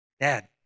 Dad